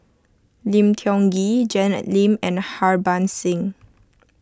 Lim Tiong Ghee Janet Lim and Harbans Singh